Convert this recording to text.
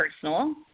personal